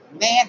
man